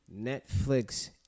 Netflix